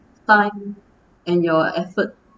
time and your effort